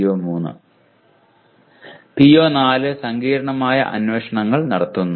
PO4 സങ്കീർണ്ണമായ അന്വേഷണങ്ങൾ നടത്തുന്നു